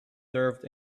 served